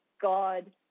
God